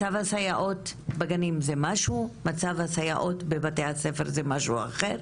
מצב הסייעות בגנים זה משהו אחד ומצב הסייעות בבתי הספר זה משהו אחר"